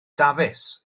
dafis